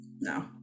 No